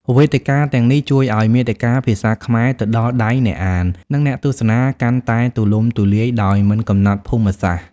វេទិកាទាំងនេះជួយឱ្យមាតិកាភាសាខ្មែរទៅដល់ដៃអ្នកអាន និងអ្នកទស្សនាកាន់តែទូលំទូលាយ ដោយមិនកំណត់ភូមិសាស្ត្រ។